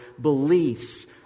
beliefs